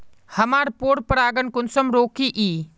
हमार पोरपरागण कुंसम रोकीई?